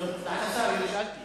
דעת השר, הנה, שאלתי.